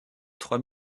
trois